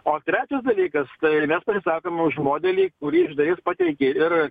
o trečias dalykas tai mes turim sapimą už modelį kurį iš dalies pateikė ir